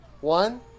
One